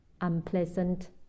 unpleasant